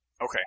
Okay